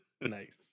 Nice